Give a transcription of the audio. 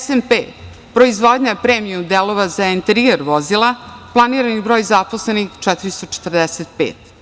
SNP“ proizvodnja premijum delova za enterijer vozila, planirani broj zaposlenih 445.